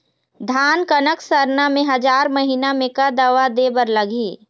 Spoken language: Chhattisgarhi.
धान कनक सरना मे हजार महीना मे का दवा दे बर लगही?